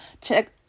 Check